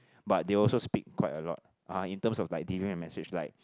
but they also speak quite a lot ah in terms of like delivering a message like